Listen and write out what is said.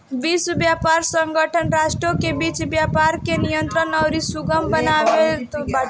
विश्व व्यापार संगठन राष्ट्रों के बीच व्यापार के नियंत्रित अउरी सुगम बनावत बाटे